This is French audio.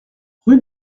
rue